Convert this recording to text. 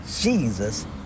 Jesus